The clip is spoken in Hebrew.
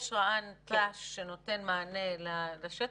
יש רע"ן ת"ש שנותן מענה לשטח,